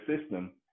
system